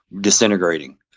disintegrating